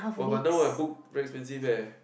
!wah! but now I book very expensive leh